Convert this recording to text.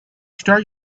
start